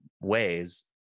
ways